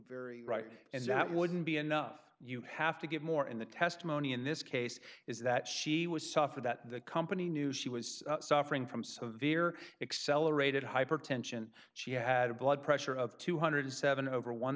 very right and that wouldn't be enough you have to give more in the testimony in this case is that she was software that the company knew she was suffering from so they are excel aerated hypertension she had a blood pressure of two hundred and seven over one